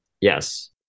Yes